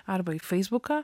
arba į feisbuką